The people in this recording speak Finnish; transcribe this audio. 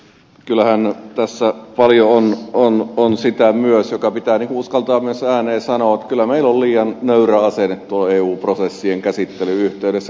kyllähän tässä paljon on myös sitä mikä pitää uskaltaa myös ääneen sanoa että kyllä meillä on liian nöyrä asenne eu prosessien käsittelyn yhteydessä